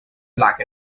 black